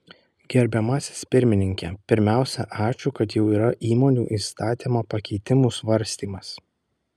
gerbiamasis pirmininke pirmiausia ačiū kad jau yra įmonių įstatymo pakeitimų svarstymas